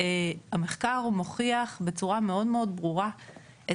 המחקר מוכיח בצורה מאוד מאוד ברורה את